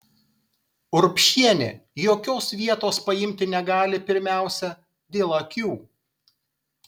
urbšienė jokios vietos paimti negali pirmiausia dėl akių